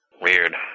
Weird